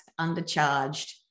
undercharged